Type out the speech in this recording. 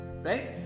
right